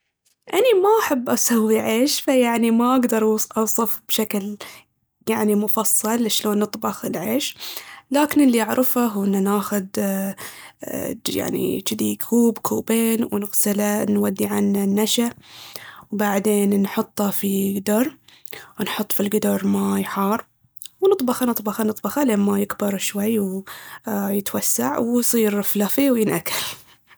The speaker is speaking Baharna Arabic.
أني ما أحب اسوي عيش فيعني ما اقدر اوصف بشكل يعني مفصل شلون نطبخ العيش. لكن اللي أعرفه هو ناخذ يعني جذي كوب، كوبين ونغسله ونودي عنه النشا وبعدين نحطه في قدر ونحط في القدر ماي حار ونطبخه نطبخه نطبخه لين ما يكبر شوي ويتوسع ويصير فلفي وينأكل.